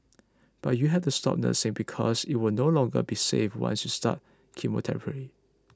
but you have to stop nursing because it will no longer be safe once you start chemotherapy